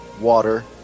water